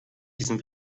diesen